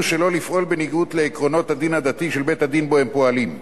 שלא לפעול בניגוד לעקרונות הדין הדתי של בית-הדין שבו הם פועלים.